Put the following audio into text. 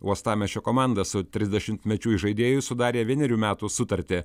uostamiesčio komanda su trisdešimtmečiu įžaidėju sudarė vienerių metų sutartį